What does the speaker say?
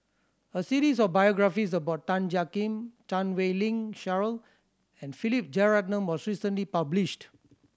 a series of biographies about Tan Jiak Kim Chan Wei Ling Cheryl and Philip Jeyaretnam was recently published